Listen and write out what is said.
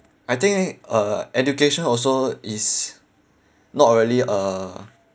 I think uh education also is not really uh